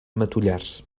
matollars